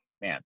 man